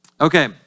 Okay